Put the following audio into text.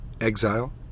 exile